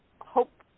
Hope